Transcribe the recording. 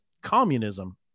communism